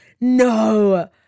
no